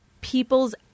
people's